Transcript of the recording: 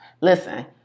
Listen